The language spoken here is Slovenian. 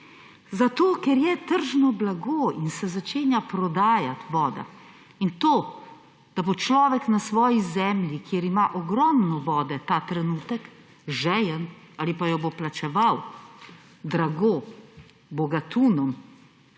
Zato, ker je tržno blago in se začenja prodajati voda! In to, da bo človek na svoji zemlji, kjer ima ogromno vode ta trenutek, žejen ali pa jo bo plačeval, drago, bogatinom,